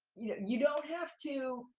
you know you don't have to,